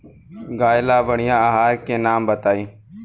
गाय ला बढ़िया आहार के नाम बताई?